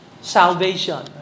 salvation